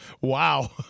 Wow